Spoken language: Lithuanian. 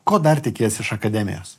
ko dar tikiesi iš akademijos